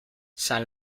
san